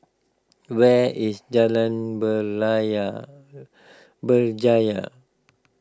where is Jalan Berjaya